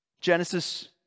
Genesis